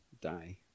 die